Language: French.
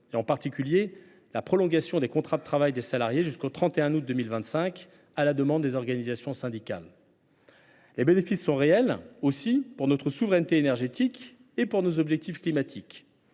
en particulier la prolongation des contrats de travail jusqu’au 31 août 2025, à la demande des organisations syndicales. Les bénéfices sont réels aussi pour notre souveraineté énergétique et pour nos objectifs climatiques.